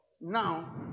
Now